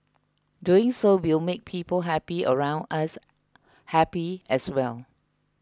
doing so will make people happy around us happy as well